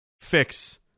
fix